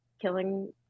killing